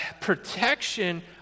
protection